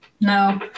No